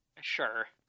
Sure